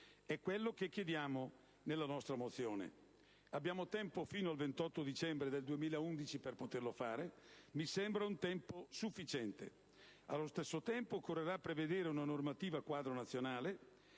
È quello che chiediamo nella nostra mozione. Abbiamo tempo fino al 28 dicembre 2011 per farlo: mi sembra un tempo sufficiente. Contemporaneamente, occorrerà prevedere una normativa quadro nazionale